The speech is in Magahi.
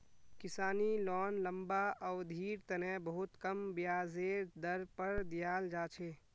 किसानी लोन लम्बा अवधिर तने बहुत कम ब्याजेर दर पर दीयाल जा छे